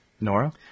Nora